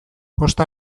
posta